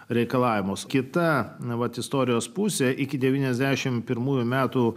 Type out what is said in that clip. reikalavimus kita nuo pat istorijos pusę iki devyniasdešim pirmųjų metų